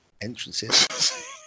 entrances